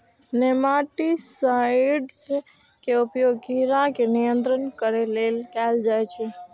nematicides के उपयोग कीड़ा के नियंत्रित करै लेल कैल जाइ छै